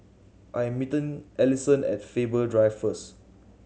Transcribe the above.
I am meeting Ellison at Faber Drive first